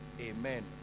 Amen